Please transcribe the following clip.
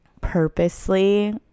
purposely